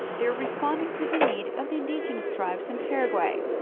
they are responding to the need of the indigenous tribes in paraguay.